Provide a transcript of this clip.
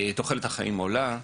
תוחלת החיים עולה.